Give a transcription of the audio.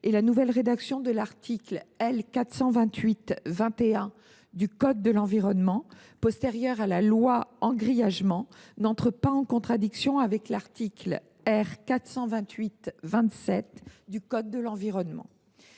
et la nouvelle rédaction de l’article L. 428 21 du code de l’environnement, postérieur à la loi « engrillagement », n’entre pas en contradiction avec l’article R. 428 27 du code de l’environnement.